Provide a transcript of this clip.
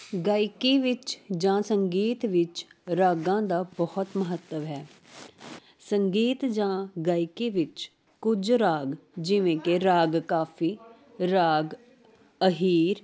ਗਾਇਕੀ ਵਿੱਚ ਜਾਂ ਸੰਗੀਤ ਵਿੱਚ ਰਾਗਾਂ ਦਾ ਬਹੁਤ ਮਹੱਤਵ ਹੈ ਸੰਗੀਤ ਜਾਂ ਗਾਇਕੀ ਵਿੱਚ ਕੁਝ ਰਾਗ ਜਿਵੇਂ ਕਿ ਰਾਗ ਕਾਫ਼ੀ ਰਾਗ ਅਹੀਰ